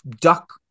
duck